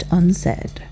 unsaid